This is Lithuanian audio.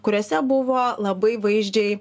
kuriose buvo labai vaizdžiai